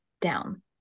down